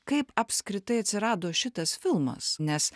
kaip apskritai atsirado šitas filmas nes